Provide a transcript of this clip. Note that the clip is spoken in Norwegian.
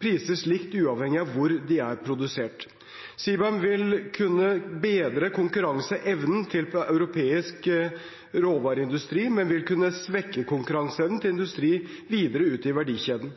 prises likt, uavhengig av hvor de er produsert. CBAM vil kunne bedre konkurranseevnen til europeisk råvareindustri, men vil kunne svekke konkurranseevnen til industri videre ute i verdikjeden.